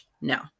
No